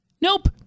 Nope